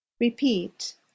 Repeat